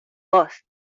voz